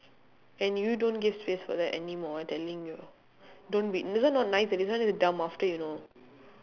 and you don't give face for that anymore I telling you don't wait this one not nice eh this one is dumb after you know